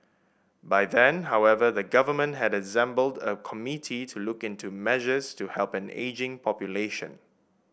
by then however the government had assembled a committee to look into measures to help an ageing population